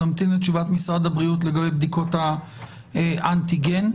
לבין בדיקות האנטיגן,